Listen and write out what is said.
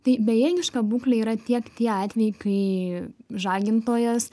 tai bejėgiška būklė yra tiek tie atvejai kai žagintojas